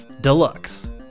Deluxe